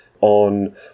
on